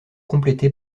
complété